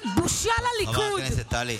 את בושה לליכוד, חברת הכנסת טלי.